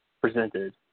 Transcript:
presented